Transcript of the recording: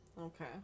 okay